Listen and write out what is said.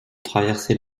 traverser